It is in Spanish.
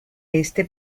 este